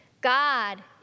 God